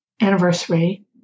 anniversary